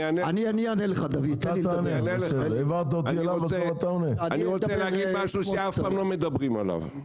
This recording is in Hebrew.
אני רוצה להגיד משהו, שאף פעם לא מדברים עליו.